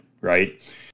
right